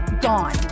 gone